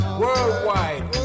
worldwide